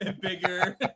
Bigger